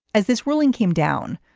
as this ruling came down,